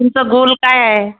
तुमचा गोल काय आहे